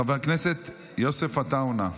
חבר הכנסת יוסף עטאונה.